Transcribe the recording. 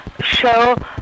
show